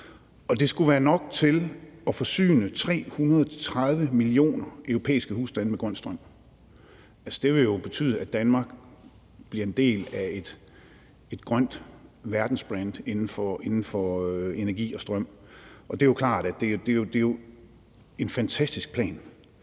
og det skulle være nok til at forsyne 330 millioner europæiske husstande med grøn strøm. Det vil jo betyde, at Danmark bliver en del af et grønt verdensbrand inden for energi og strøm, og det er klart, at det er en fantastisk plan.